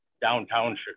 downtown